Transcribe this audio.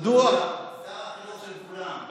שר החינוך של כולם.